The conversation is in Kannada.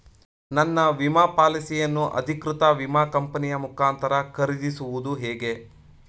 ನನ್ನ ವಿಮಾ ಪಾಲಿಸಿಯನ್ನು ಅಧಿಕೃತ ವಿಮಾ ಕಂಪನಿಯ ಮುಖಾಂತರ ಖರೀದಿಸುವುದು ಹೇಗೆ?